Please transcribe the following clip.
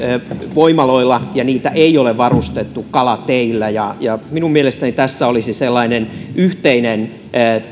voimaloilla ja niitä ei ole varustettu kalateillä minun mielestäni tässä olisi sellainen yhteinen